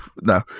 no